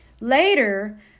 Later